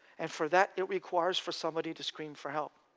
and for that it requires for somebody to scream for help.